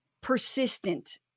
persistent